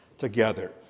Together